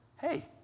Hey